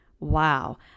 wow